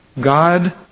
God